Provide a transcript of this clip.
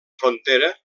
frontera